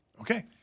Okay